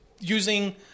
using